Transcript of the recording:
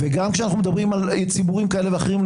גם כשאנחנו מדברים על ציבורים כאלה ואחרים,